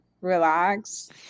relax